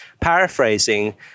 Paraphrasing